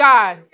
God